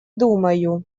думаю